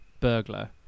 burglar